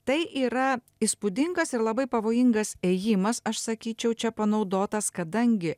tai yra įspūdingas ir labai pavojingas ėjimas aš sakyčiau čia panaudotas kadangi